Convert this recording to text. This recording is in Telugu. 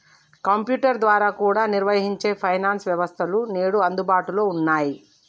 కంప్యుటర్ ద్వారా కూడా నిర్వహించే ఫైనాన్స్ వ్యవస్థలు నేడు అందుబాటులో ఉన్నయ్యి